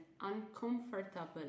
uncomfortable